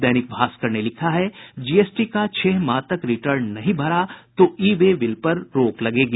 दैनिक भास्कर ने लिखा है जीएसटी का छह माह तक रिटर्न नहीं भरा तो ई वे बिल पर रोक लगेगी